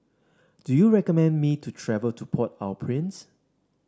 do you recommend me to travel to Port Au Prince